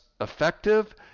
effective